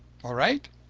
all right?